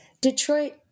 Detroit